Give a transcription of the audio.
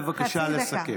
בבקשה לסכם.